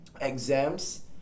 exams